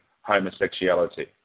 homosexuality